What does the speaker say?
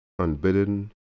Unbidden